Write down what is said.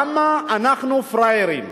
למה אנחנו פראיירים?